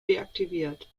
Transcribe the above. deaktiviert